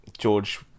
George